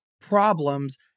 problems